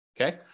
Okay